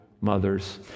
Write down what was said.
mothers